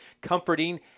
comforting